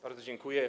Bardzo dziękuję.